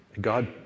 God